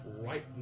right